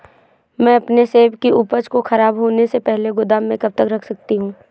मैं अपनी सेब की उपज को ख़राब होने से पहले गोदाम में कब तक रख सकती हूँ?